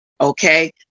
Okay